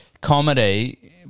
comedy